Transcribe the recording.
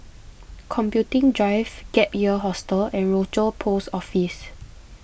Computing Drive Gap Year Hostel and Rochor Post Office